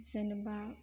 जेनेबा